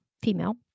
female